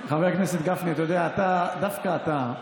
חבר הכנסת גפני, אתה יודע, דווקא אתה,